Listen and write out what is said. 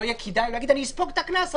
יהיה כדאי להגיד: אני אספוג את הקנס,